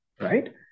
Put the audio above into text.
right